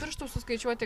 pirštų suskaičiuoti